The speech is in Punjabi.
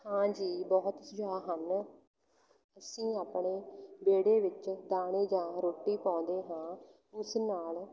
ਹਾਂਜੀ ਬਹੁਤ ਸੁਝਾਅ ਹਨ ਅਸੀਂ ਆਪਣੇ ਵਿਹੜੇ ਵਿੱਚ ਦਾਣੇ ਜਾਂ ਰੋਟੀ ਪਾਉਂਦੇ ਹਾਂ ਉਸ ਨਾਲ